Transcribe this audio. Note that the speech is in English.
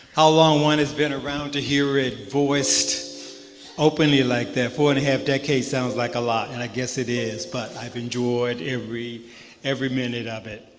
how long one has been around to hear it voiced openly like that, four and a half decades sounds like a lot. and i guess it is. but i've enjoyed every every minute of it.